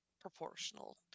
proportional